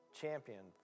champion